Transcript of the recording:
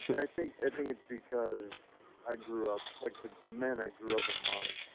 and i think i think it's because i grew up, like the the man i grew up amongst,